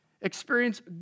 experience